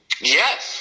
Yes